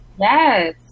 Yes